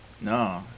No